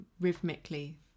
rhythmically